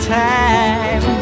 time